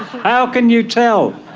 how can you tell?